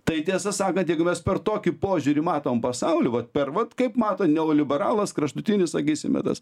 tai tiesą sakant jeigu mes per tokį požiūrį matom pasaulį vat per vat kaip mato neoliberalas kraštutinis sakysime tas